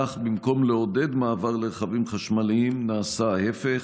כך, במקום לעודד מעבר לרכבים חשמליים, נעשה ההפך.